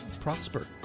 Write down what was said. prosper